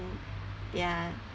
ya